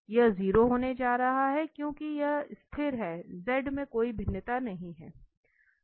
यह 0 होने जा रहा है क्योंकि यह स्थिर है Z में कोई भिन्नता नहीं है